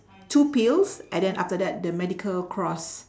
two pills and then after that the medical cross